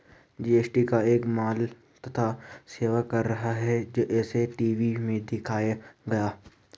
GST एक माल तथा सेवा कर है ऐसा टी.वी में दिखाया गया